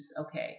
okay